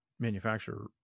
Manufacturer